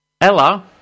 Ella